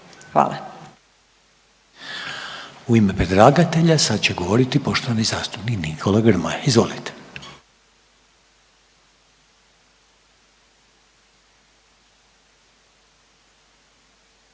ponovo u ime predlagatelja govoriti poštovani zastupnik Nikola Grmoja. Izvolite.